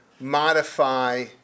modify